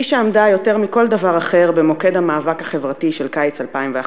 היא שעמדה יותר מכל דבר אחר במוקד המאבק החברתי של קיץ 2011,